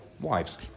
wives